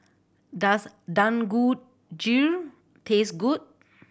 does Dangojiru taste good